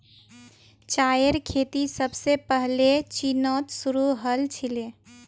चायेर खेती सबसे पहले चीनत शुरू हल छीले